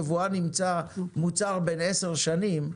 יבואן ימצא מוצר בן עשר שנים,